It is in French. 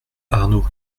arnaud